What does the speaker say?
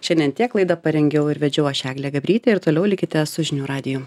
šiandien tiek laidą parengiau ir vedžiau aš eglė gabrytė ir toliau likite su žinių radiju